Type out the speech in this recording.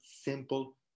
simple